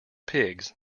pigs